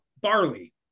Barley